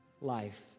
life